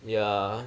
ya